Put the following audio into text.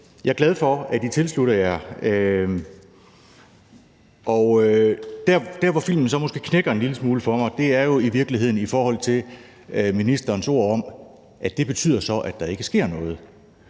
Jeg er glad for, at I tilslutter jer det. Der, hvor filmen så måske knækker en lille smule for mig, er jo i virkeligheden i forhold til ministerens ord om, at det så betyder, at der ikke sker noget.